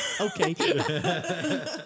Okay